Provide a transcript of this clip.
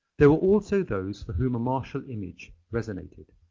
there were also those for whom a martial image resonated.